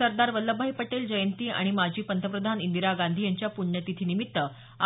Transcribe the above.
सरदार वल्लभभाई पटेल जयंती आणि माजी प्रधानमंत्री इंदिरा गांधी यांच्या प्ण्यतिथीनिमित्त